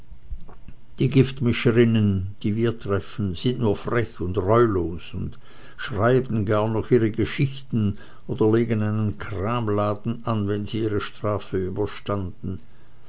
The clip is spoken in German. die giftmischerinnen die wir treffen sind nur frech und reulos und schreiben gar noch ihre geschichte oder legen einen kramladen an wenn sie ihre strafe überstanden